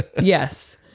Yes